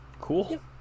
Cool